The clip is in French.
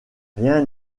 rien